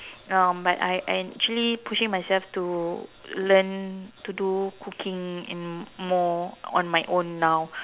um but I I actually pushing myself to learn to do cooking in more on my own now